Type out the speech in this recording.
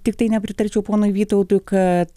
tiktai nepritarčiau ponui vytautui kad